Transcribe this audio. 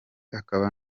akaba